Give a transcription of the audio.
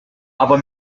aber